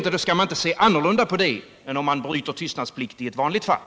Skall man inte se annorlunda på detta än om man bryter tyst — Tryckfriheten nadsplikten i ett vanligt fall?